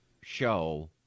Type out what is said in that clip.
show